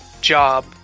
job